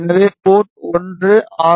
எனவே port 1 R